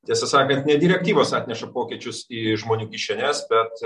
tiesą sakant ne direktyvos atneša pokyčius į žmonių kišenes bet